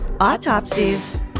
autopsies